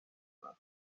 کنن